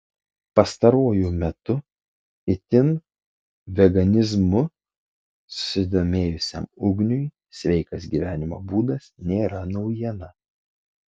pastaruoju metu itin veganizmu susidomėjusiam ugniui sveikas gyvenimo būdas nėra naujiena